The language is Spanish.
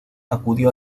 acudió